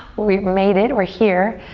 we made it, we're here.